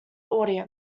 audience